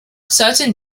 certain